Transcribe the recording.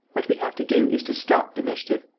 what we have to do is to stop the mischief.